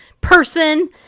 person